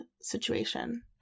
situation